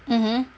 mmhmm